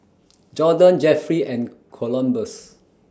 Jorden Jefferey and Columbus